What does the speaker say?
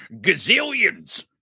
gazillions